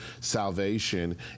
salvation